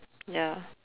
ya